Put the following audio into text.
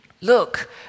Look